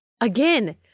Again